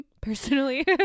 Personally